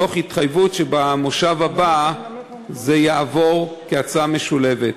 תוך התחייבות שבמושב הבא זה יעבור כהצעה משולבת.